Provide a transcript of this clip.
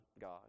God